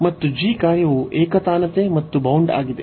ಮತ್ತು g ಕಾರ್ಯವು ಏಕತಾನತೆ ಮತ್ತು ಬೌಂಡ್ ಆಗಿದೆ